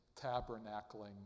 tabernacling